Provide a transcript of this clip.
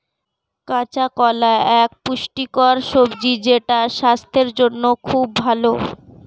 কাঁচা কলা এক পুষ্টিকর সবজি যেটা স্বাস্থ্যের জন্যে খুব ভালো